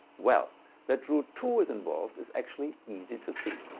well that root two is involved is actually easy to see.